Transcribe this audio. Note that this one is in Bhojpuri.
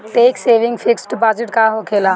टेक्स सेविंग फिक्स डिपाँजिट का होखे ला?